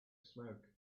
smoke